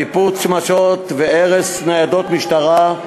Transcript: ניפוץ שמשות והרס ניידות משטרה,